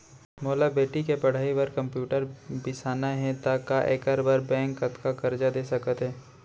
मोला बेटी के पढ़ई बार कम्प्यूटर बिसाना हे त का एखर बर बैंक कतका करजा दे सकत हे?